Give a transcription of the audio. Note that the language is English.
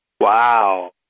Wow